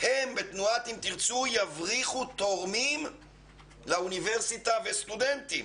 הם יבריחו תורמים לאוניברסיטה ויבריחו סטודנטים.